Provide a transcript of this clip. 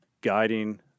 guiding